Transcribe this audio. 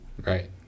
Right